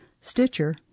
Stitcher